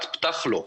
את פתח לו.